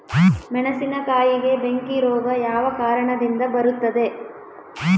ಮೆಣಸಿನಕಾಯಿಗೆ ಬೆಂಕಿ ರೋಗ ಯಾವ ಕಾರಣದಿಂದ ಬರುತ್ತದೆ?